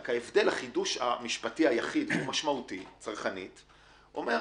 רק החידוש המשפטי היחיד שהוא משמעותי צרכנית אומר: